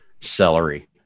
Celery